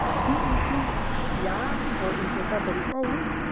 he includes yeah ah um or imprecatory oath,